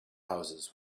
houses